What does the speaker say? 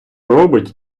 робить